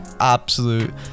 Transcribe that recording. absolute